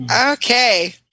Okay